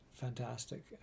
fantastic